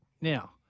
Now